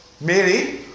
Mary